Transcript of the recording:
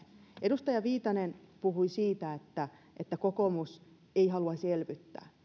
edustaja viitanen puhui siitä että että kokoomus ei haluaisi elvyttää